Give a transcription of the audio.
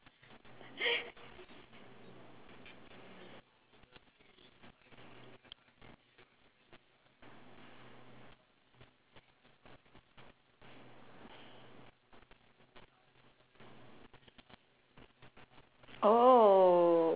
oh